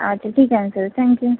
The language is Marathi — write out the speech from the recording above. अच्छा ठीक आहे ना सर थँक यू